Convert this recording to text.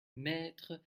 maître